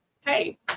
Hey